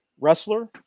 wrestler